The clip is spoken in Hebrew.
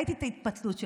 ראיתי את ההתפתלות שלך.